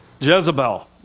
Jezebel